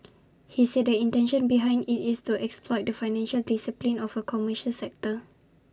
he said the intention behind IT is to exploit the financial discipline of A commercial sector